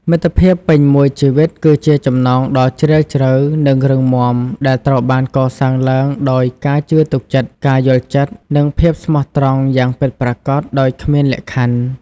មិត្តភាពពេញមួយជីវិតគឺជាចំណងដ៏ជ្រាលជ្រៅនិងរឹងមាំដែលត្រូវបានកសាងឡើងដោយការជឿទុកចិត្ត ការយល់ចិត្ត និងភាពស្មោះត្រង់យ៉ាងពិតប្រាកដដោយគ្មានលក្ខខណ្ឌ។